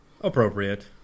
appropriate